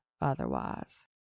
otherwise